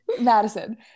madison